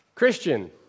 Christian